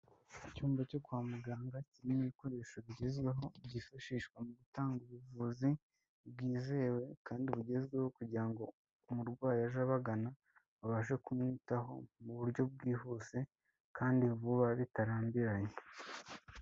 Icyumba cyo kwa muganga kirimo ibikoresho bigezweho byifashishwa mu gutanga ubuvuzi bwizewe kandi bugezweho kugira ngo umurwayi aje abagana abashe kumwitaho mu buryo bwihuse kandi vuba bitarambiranye.